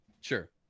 Sure